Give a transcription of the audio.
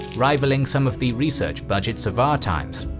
rivaling some of the research budgets of our times.